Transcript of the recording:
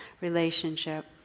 relationship